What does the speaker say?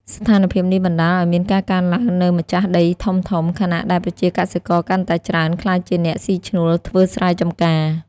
ស្ថានភាពនេះបណ្ដាលឱ្យមានការកើនឡើងនូវម្ចាស់ដីធំៗ ខណៈដែលប្រជាកសិករកាន់តែច្រើនក្លាយជាអ្នកស៊ីឈ្នួលធ្វើស្រែចម្ការ។